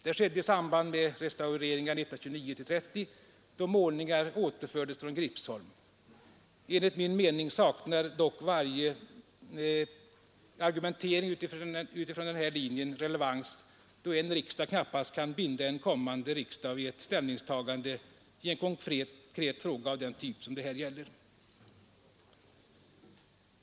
Detta skedde i samband med restaureringar 1929—1930, då målningar återfördes från Gripsholm. Enligt min mening saknar dock varje argumentering utifrån den här linjen relevans, då en riksdag knappast kan binda en kommande riksdag vid ett ställningstagande i en konkret fråga av den typ det här gäller.